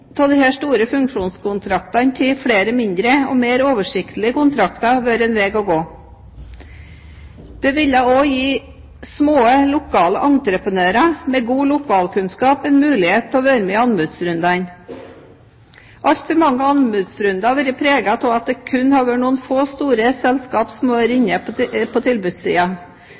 av de store funksjonskontraktene til flere mindre og mer oversiktlige kontrakter være en vei å gå. Det ville også gi mindre, lokale entreprenører med god lokalkunnskap en mulighet til å være med i anbudsrundene. Altfor mange anbudsrunder har vært preget av at det kun har vært noen få, store selskaper som har vært inne på